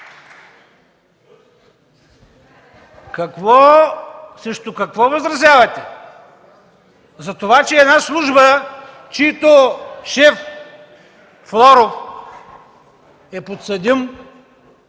Срещу какво възразявате? За това, че една служба, чийто шеф Флоров е подсъдим?!